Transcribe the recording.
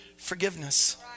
forgiveness